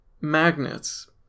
magnets